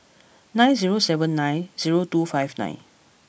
nine zero seven nine zero two five nine